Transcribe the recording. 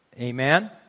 Amen